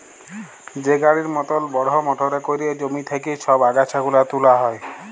যে গাড়ির মতল বড়হ মটরে ক্যইরে জমি থ্যাইকে ছব আগাছা গুলা তুলা হ্যয়